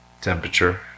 temperature